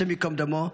השם יקום דמו,